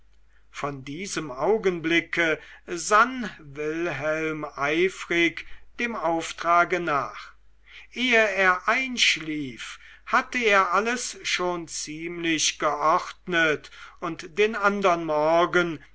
von diesem augenblicke sann wilhelm eifrig dem auftrage nach ehe er einschlief hatte er alles schon ziemlich geordnet und den andern morgen